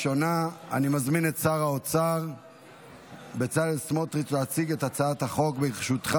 44. אני קובע כי הצעת חוק הפחתת הגירעון